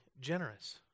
generous